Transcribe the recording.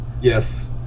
Yes